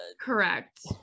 Correct